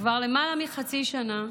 כבר למעלה מחצי שנה